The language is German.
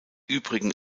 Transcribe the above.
übrigen